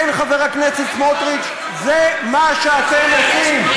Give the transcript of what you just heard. כן, חבר הכנסת סמוטריץ, זה מה שאתם עושים.